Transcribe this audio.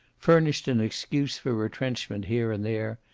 furnished an excuse for retrenchment here and there,